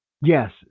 Yes